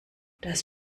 das